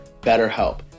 BetterHelp